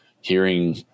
hearing